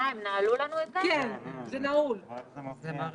הישיבה ננעלה בשעה 14:00.